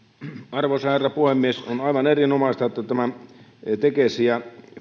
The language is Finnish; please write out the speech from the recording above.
arvoisa herra puhemies on aivan erinomaista että nämä tekes ja